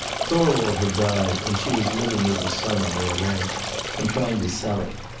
thorwald had died, and she was living with the son on their ranch and trying to sell it.